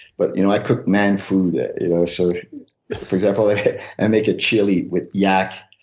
but you know i cook man food so for example, i and make a chili with yak,